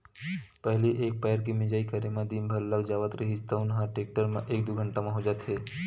पहिली एक पैर के मिंजई करे म दिन भर लाग जावत रिहिस तउन ह टेक्टर म एक दू घंटा म हो जाथे